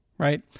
Right